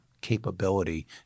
capability